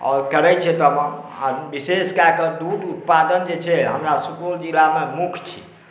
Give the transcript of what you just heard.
आओर करै छै विशेष कऽ कऽ दूध उत्पादन जे छै से हमरा सुपौल जिलामे मुख्य छै